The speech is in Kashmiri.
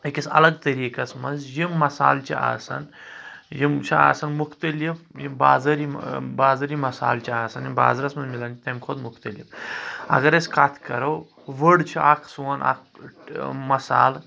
اکس الگ طریقس منٛز یم مصالہٕ چھِ آسان یم چھِ آسان مخطلف یم بازٲری بازٲری مصالہٕ چھِ آسان یم بازرس منٛز مِلان چھِ تمہِ کھۄتہٕ مخطلف اگر أسی کتھ کرو ؤڈ چھ سون اکھ مصالہٕ